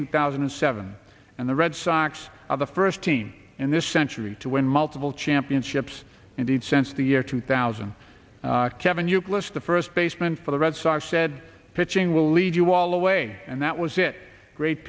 two thousand and seven and the red sox are the first team in this century to win multiple championships indeed since the year two thousand kevin euclid's the first baseman for the red sox said pitching will lead you all the way and that was it great